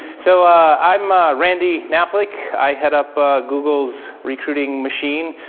so i'm ah randy knaflic. i head up google's recruiting machine